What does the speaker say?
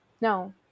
no